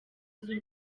w’u